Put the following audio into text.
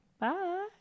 Bye